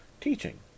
teaching